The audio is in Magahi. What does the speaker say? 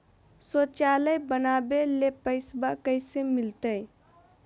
शौचालय बनावे ले पैसबा कैसे मिलते?